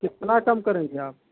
कितना कम करेंगे आप